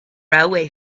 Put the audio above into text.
railway